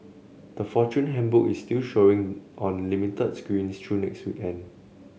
the Fortune Handbook is still showing on limited screens through next week